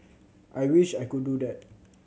I wish I could do that